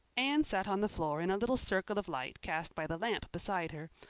anne sat on the floor in a little circle of light cast by the lamp beside her,